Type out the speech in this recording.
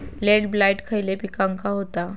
Late blight खयले पिकांका होता?